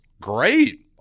great